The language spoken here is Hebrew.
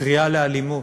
כקריאה לאלימות.